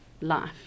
life